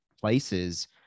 places